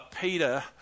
Peter